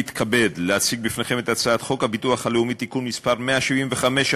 סעיף 9 בסדר-היום: הצעת חוק הביטוח הלאומי (תיקון מס' 175),